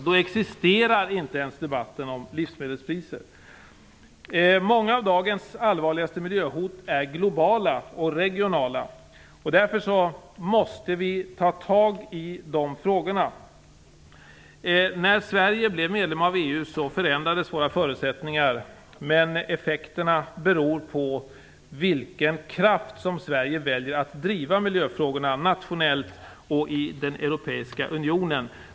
Då existerar inte ens debatten om livsmedelspriser. Många av dagens allvarligaste miljöhot är globala och regionala. Därför måste vi ta tag i de frågorna. När Sverige blev medlem av EU förändrades våra förutsättningar, men effekterna beror på vilken kraft Sverige väljer att driva miljöfrågorna med nationellt och i den europeiska unionen.